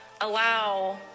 allow